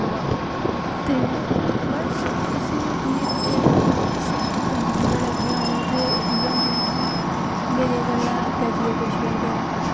ते बस जेह्ड़ा मतलब कि सबतों गंदी चीजां लगदियां ओह् ते इ'यै न कि मेरियां गल्लां अग्गें कोई शेयर करै